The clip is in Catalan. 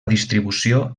distribució